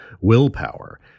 Willpower